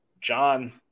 John